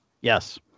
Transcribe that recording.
Yes